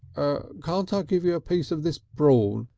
can't ah give you a piece of this brawn,